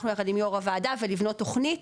אנחנו יחד עם יו"ר הוועדה ולבנות תוכנית,